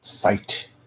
fight